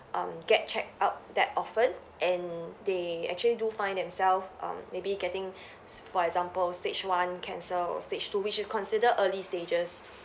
um get checked out that often and they actually do find themselves um maybe getting for example stage one cancer or stage two which is considered early stages